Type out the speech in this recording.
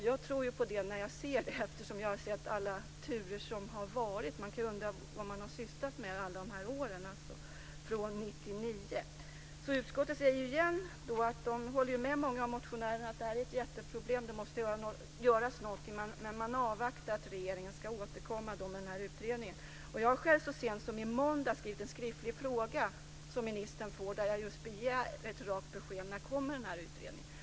Jag tror på det när jag ser det, eftersom jag har sett alla de turer som har varit. Man kan undra vad regeringen har sysslat med alla de här åren från 1999. Utskottet säger igen att man håller med många av motionärerna om att det här är ett jätteproblem och att något måste göras, men man avvaktar att regeringen ska återkomma med den här utredningen. Jag själv ställde så sent som i måndags en skriftlig fråga som ministern får, där jag just begär ett rakt besked om när den här utredningen kommer.